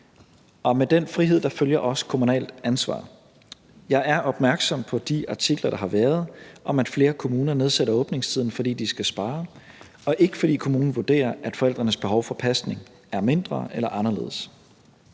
Med den frihed følger også et kommunalt ansvar. Jeg er opmærksom på de artikler, der har været, om, at flere kommuner nedsætter åbningstiden, fordi de skal spare, og ikke fordi kommunen vurderer, at forældrenes behov for pasning er mindre eller anderledes.